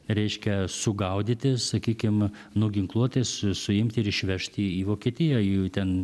reiškia sugaudyti sakykim nuginkluoti su suimti ir išvežti į vokietiją jų ten